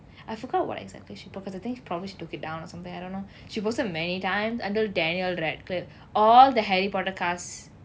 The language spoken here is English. I forgot what exactly she posted I think she probably took it down or something I don't know she posted many times until daniel radcliffe all the harry potter casts